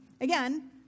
Again